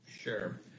Sure